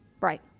right